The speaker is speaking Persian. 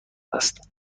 است